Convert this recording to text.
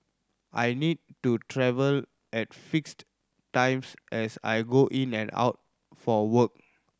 i need to travel at fixed times as I go in and out for work